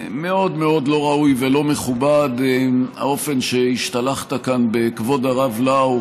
מאוד לא ראוי ולא מכובד האופן שבו השתלחת כאן בכבוד הרב לאו